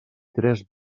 tres